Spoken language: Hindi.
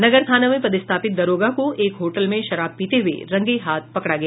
नगर थाना में पदस्थापित दारोगा को एक होटल में शराब पीते हुए रंगेहाथ पकड़ा गया